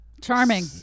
Charming